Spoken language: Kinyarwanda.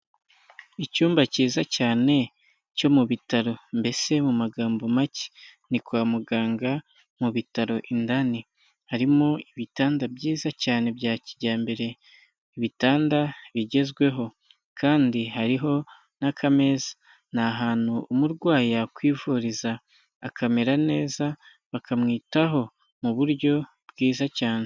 Icyumba cyiza cyane cyo mu bitaro mbese mu magambo make ni kwa muganga mu bitaro indani, harimo ibitanda byiza cyane bya kijyambere, ibitanda bigezweho kandi hariho n'akameza ni ahantu umurwayi yakwivuriza akamera neza bakamwitaho mu buryo bwiza cyane.